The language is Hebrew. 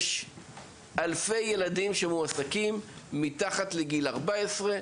יש אלפי ילדים שמועסקים מתחת לגיל 14,